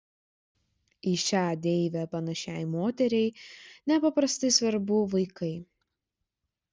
į šią deivę panašiai moteriai nepaprastai svarbu vaikai